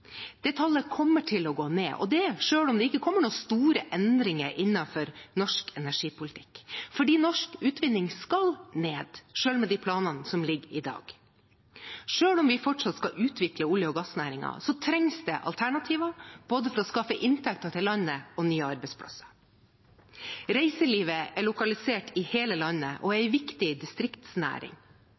Det tallet kommer til å gå ned, selv om det ikke kommer noen store endringer i norsk energipolitikk, for norsk utvinning skal ned, selv med de planene som foreligger i dag. Selv om vi fortsatt skal utvikle olje- og gassnæringen, trengs det alternativer – for å skaffe både inntekter til landet og nye arbeidsplasser. Reiselivet er lokalisert i hele landet og er en viktig distriktsnæring.